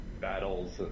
battles